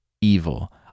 evil